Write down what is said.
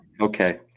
Okay